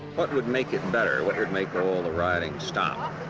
what would make it better? what would make all the rioting stop?